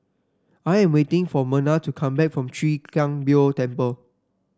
I am waiting for Merna to come back from Chwee Kang Beo Temple